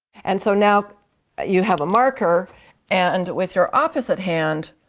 and so now you have a marker and with your opposite hand